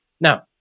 Now